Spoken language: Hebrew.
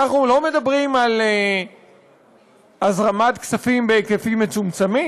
אנחנו לא מדברים על הזרמת כספים בהיקפים מצומצמים,